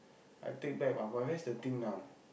I take back my~ where's the thing now